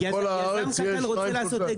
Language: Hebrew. שכל הארץ יהיה שניים-שלושה?